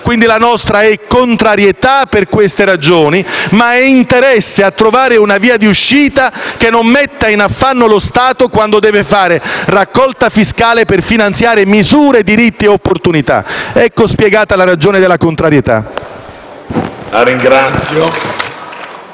Quindi, la nostra è contrarietà per queste ragioni, ma è interesse a trovare una via d'uscita che non metta in affanno lo Stato quando deve fare raccolta fiscale per finanziare misure, diritti e opportunità. Ecco spiegata la ragione della contrarietà. *(Applausi